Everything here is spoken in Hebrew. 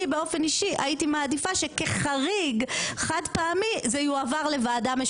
באופן אישי הייתי מעדיפה שכחריג חד פעמי זה יועבר לוועדה משותפת קיימת.